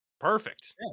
Perfect